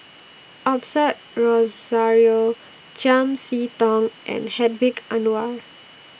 Osbert Rozario Chiam See Tong and Hedwig Anuar